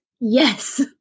Yes